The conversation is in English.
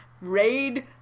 raid